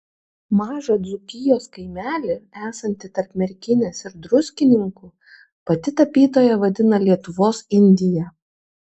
mažą dzūkijos kaimelį esantį tarp merkinės ir druskininkų pati tapytoja vadina lietuvos indija